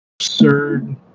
absurd